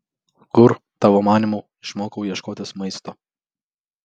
kur tavo manymu išmokau ieškotis maisto